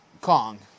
Kong